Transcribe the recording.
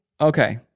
Okay